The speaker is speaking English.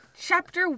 Chapter